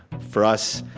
for us,